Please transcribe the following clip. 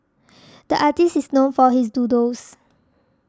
the artist is known for his doodles